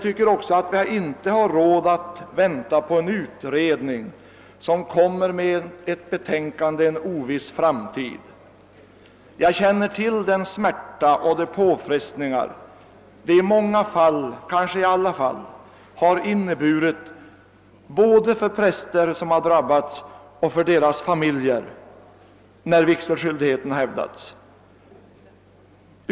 Vi har inte råd att vänta på en utredning som lägger fram ett betänkande i en oviss framtid. Jag känner till den smärta och de påfrestningar det i många fall — kan ske i alla — har inneburit både för präster som har drabbats och för deras familjer när vigselskyldigheten har hävdats.